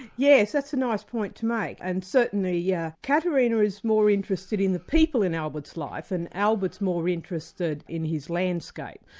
yes, that's a nice point to make, and certainly yeah caterine is more interested in the people in albert's live, and albert's more interested in his landscape.